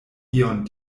ion